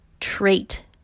trait